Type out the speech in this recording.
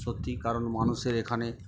সত্যি কারণ মানুষের এখানে